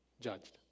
judged